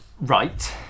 Right